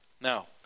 Now